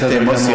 זה בסדר גמור.